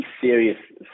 serious